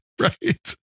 Right